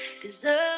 deserve